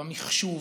במחשוב,